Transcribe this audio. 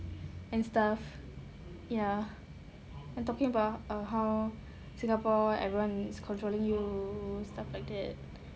and stuff ya and talking about uh how singapore everyone needs controlling you stuff like that